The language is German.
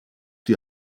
die